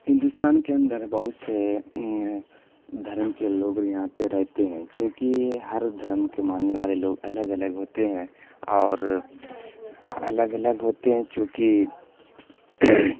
ہندوستان کے اندر بہت سے دھرم کے لوگ یہاں پہ رہتے ہیں کیونکہ یہ ہر دھرم کے ماننے والے لوگ الگ الگ ہوتے ہیں اور الگ الگ ہوتے ہیں چونکہ